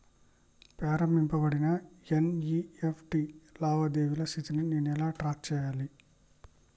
ప్రారంభించబడిన ఎన్.ఇ.ఎఫ్.టి లావాదేవీల స్థితిని నేను ఎలా ట్రాక్ చేయాలి?